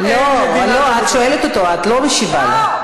היא בגלל שהיה קיבוץ גלויות של היהודים כאן.